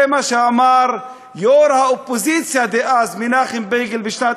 זה מה שאמר יושב-ראש האופוזיציה דאז מנחם בגין בשנת